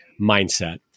mindset